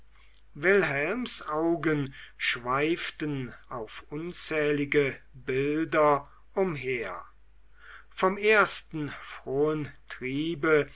wilhelms augen schweiften auf unzählige bilder umher vom ersten frohen triebe